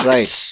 Right